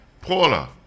Paula